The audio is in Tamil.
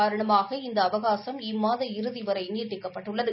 காரணமாக இந்த அவகாசம் இம்மாத இறுதிவரை நீட்டிக்கப்பட்டுள்ளது